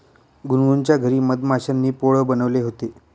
गुनगुनच्या घरी मधमाश्यांनी पोळं बनवले होते